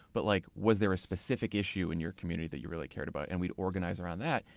but like was there a specific issue in your community that you really cared about? and we'd organize around that.